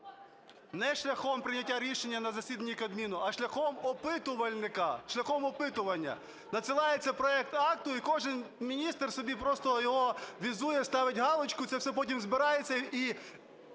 Не шляхом прийняття рішення на засіданні Кабміну, а шляхом опитувальника, шляхом опитування. Надсилається проект акту і кожен міністр собі просто його візує, ставить галочку, це все потім збирається і